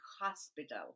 hospital